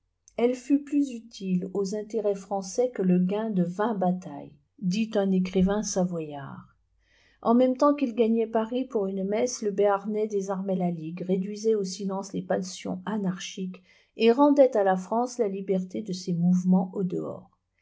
elle fut plus utile aux intérêts français que le gain de vingt batailles dit un écrivain savoyard en môme temps qu'il gagnait paris pour une messe le béarnais désarmait la ligue réduisait au silence les passions anarchiqucs et rendait à la fradce la liberté de ses mouvements au dehors